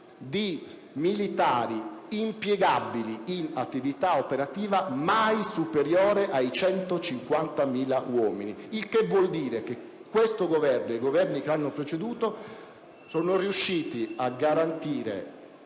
di militari impiegabili in attività operativa mai superiore ai 150.000 uomini. Ciò significa che questo Governo e quelli che lo hanno preceduto sono riusciti a garantire